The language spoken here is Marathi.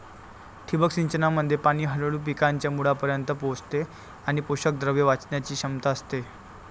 ठिबक सिंचनामध्ये पाणी हळूहळू पिकांच्या मुळांपर्यंत पोहोचते आणि पोषकद्रव्ये वाचवण्याची क्षमता असते